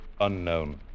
unknown